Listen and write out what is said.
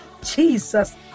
Jesus